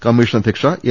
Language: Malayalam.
കമ്മീഷൻ അധ്യക്ഷ എം